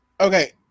Okay